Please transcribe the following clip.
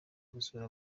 gusura